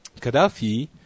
Gaddafi